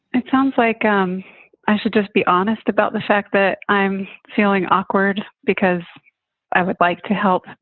it sounds like um i should just be honest about the fact that i'm feeling awkward because i would like to help,